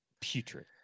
putrid